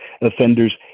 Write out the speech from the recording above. offenders